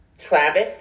Travis